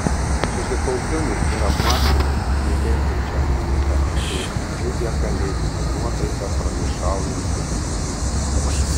susikaupimui ir apmąstymams nuteikiančią muziką keis džiugią kalėdinę nuotaiką pranašaujanti kūryba